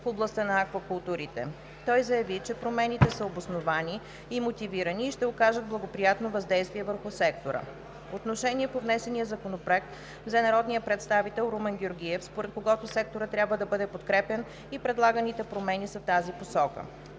в областта на аквакултурите. Той заяви, че промените са обосновани и мотивирани и ще окажат благоприятно въздействие върху сектора. Отношение по внесения законопроект взе народният представител Румен Георгиев, според когото секторът трябва да бъде подкрепян и предлаганите промени са в тази посока.